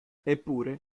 eppure